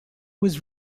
was